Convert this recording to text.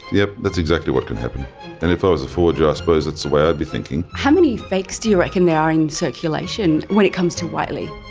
yep. that's exactly what can happen and if i was a forger i suppose it's the way i'd be thinking. how many fakes do you reckon there are in circulation when it comes to whiteley?